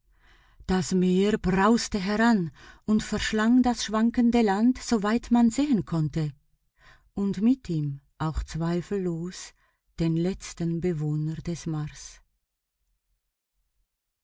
das meer brauste heran und verschlang das schwankende land so weit man sehen konnte und mit ihm auch zweifellos den letzten bewohner des mars